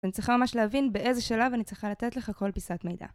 אני צריכה ממש להבין באיזה שלב אני צריכה לתת לך כל פיסת מידע